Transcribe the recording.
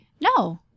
No